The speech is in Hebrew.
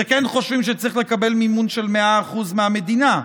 שכן חושבים שצריך לקבל מימון של 100% מהמדינה,